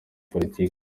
politiki